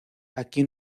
aquí